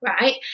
Right